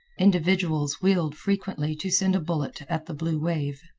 individuals wheeled frequently to send a bullet at the blue wave.